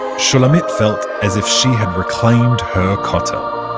shulamit felt as if she reclaimed her kotel